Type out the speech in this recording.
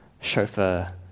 chauffeur